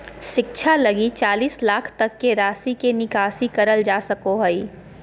शिक्षा लगी चालीस लाख तक के राशि के निकासी करल जा सको हइ